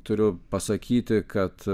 turiu pasakyti kad